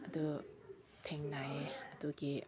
ꯑꯗꯨ ꯊꯦꯡꯅꯩꯌꯦ ꯑꯗꯨꯒꯤ